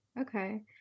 Okay